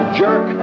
jerk